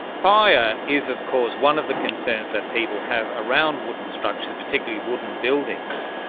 fire is of course one of the concerns that people have around wooden structures, particularly wooden buildings.